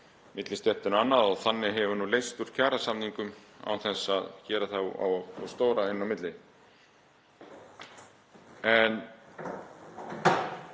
millistéttina og annað og þannig hefur leyst úr kjarasamningum án þess að gera þá of stóra inn á milli.